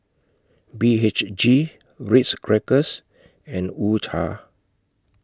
B H G Ritz Crackers and U Cha